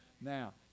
Now